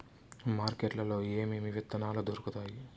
market లో ఏమేమి విత్తనాలు దొరుకుతాయి